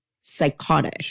psychotic